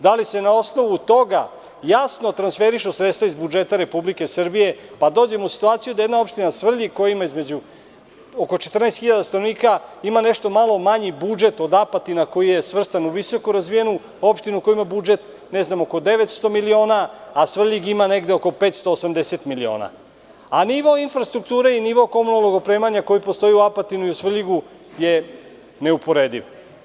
Da li se na osnovu toga jasno transferišu sredstva iz budžeta Republike Srbije pa dođemo u situaciju da jedna opština Svrljig koja ima oko 14 hiljada stanovnika, ima nešto malo manji budžet od Apatina koji je svrstan u visoko razvijenu opštinu koja ima budžet, ne znam oko 900 miliona, a Svrljig ima negde oko 580 miliona, a nivo infrastrukture i nivo komunalnog opremanja koji postoji u Apatinu i u Svrljigu je neuporediv.